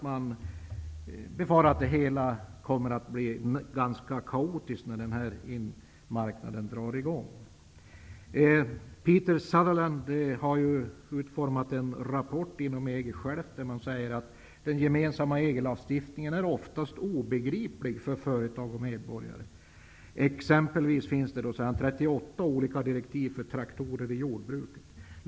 Man befarar att det kommer att bli ganska kaotiskt när marknaden drar i gång. Peter Sutherland har utformat en rapport inom EG, där det sägs att den gemensamma EG lagstiftningen oftast är obegriplig för företag och medborgare. Det finns t.ex. 38 olika direktiv för traktorer i jordbruk.